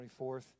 24th